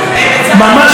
לא, ממש לא.